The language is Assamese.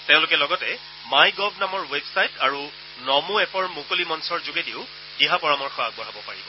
তেওঁলোকে লগতে মাই গভ নামৰ ৱেবছাইট আৰু নম' এপৰ মুকলি মঞ্চৰ যোগেদিও দিহা পৰামৰ্শ আগবঢ়াব পাৰিব